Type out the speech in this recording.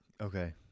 Okay